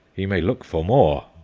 he may look for more,